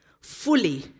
fully